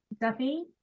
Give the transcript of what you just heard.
Duffy